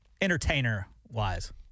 entertainer-wise